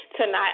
tonight